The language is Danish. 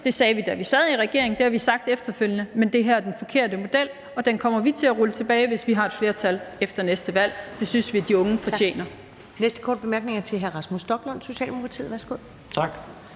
Det sagde vi, da vi sad i regering, og det har vi sagt efterfølgende, men det her er den forkerte model, og den kommer vi til at rulle tilbage, hvis vi har et flertal efter det næste valg. Det synes vi at de unge fortjener.